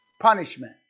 punishment